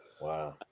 Wow